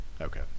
Okay